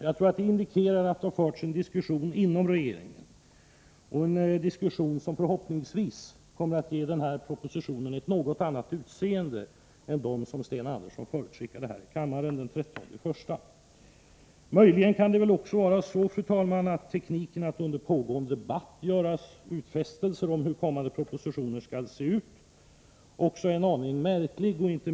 Jag tror att detta är en indikation på att det har förts en diskussion inom regeringen, en diskussion som förhoppningsvis kommer att ge propositionen ett något annat innehåll än det som Sten Andersson förutskickade här i kammaren den 30 januari. Möjligen, fru talman, kan tekniken att under pågående debatt göra utfästelser om innehållet i kommande propositioner anses vara en aning märklig.